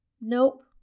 nope